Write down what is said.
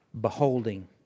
beholding